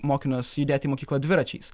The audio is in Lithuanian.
mokinius judėt į mokyklą dviračiais